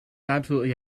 absolutely